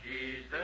Jesus